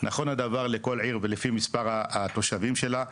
נכון הדבר לכל עיר ולפי מספר התושבים שלה,